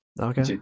Okay